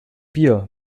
bier